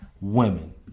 Women